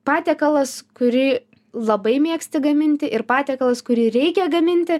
patiekalas kurį labai mėgsti gaminti ir patiekalas kurį reikia gaminti